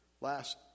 last